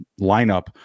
lineup